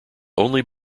only